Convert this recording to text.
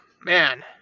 man